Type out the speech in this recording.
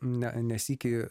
ne ne sykį